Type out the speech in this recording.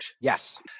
Yes